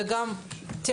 זה גם טכני,